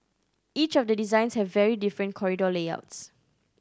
each of the designs have very different corridor layouts